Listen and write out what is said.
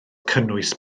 cynnwys